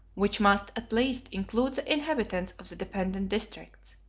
which must at least include the inhabitants of the dependent districts.